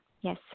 Yes